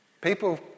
People